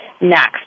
next